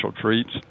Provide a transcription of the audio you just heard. treats